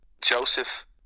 Joseph